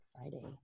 Friday